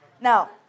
Now